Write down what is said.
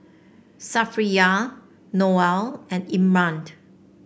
Safiya Noah and